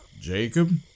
Jacob